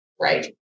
right